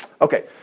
Okay